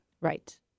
Right